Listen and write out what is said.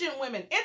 women